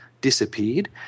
disappeared